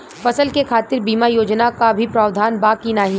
फसल के खातीर बिमा योजना क भी प्रवाधान बा की नाही?